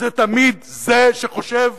זה תמיד זה שחושב